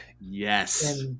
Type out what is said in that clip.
Yes